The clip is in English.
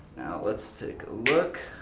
let's take a look.